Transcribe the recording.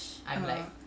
ah